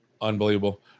unbelievable